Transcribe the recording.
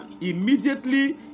immediately